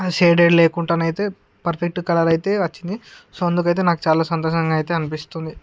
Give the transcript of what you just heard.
shaded లేకుండానైతే perfect కలరైతే వచ్చింది సో అందుకైతే నాకు చాలా సంతోషంగా అయితే అనిపిస్తుంది